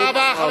תודה רבה.